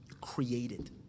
created